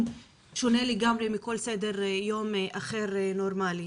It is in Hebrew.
ושונה לגמרי מכל סדר יום אחר נורמלי.